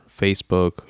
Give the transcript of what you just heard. Facebook